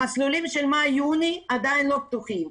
המסלולים של מאי יוני עדיין לא פתוחים.